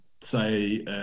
say